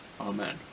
Amen